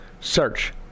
Search